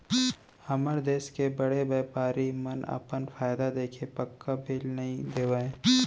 हमर देस के बड़े बैपारी मन अपन फायदा देखके पक्का बिल नइ देवय